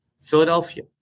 Philadelphia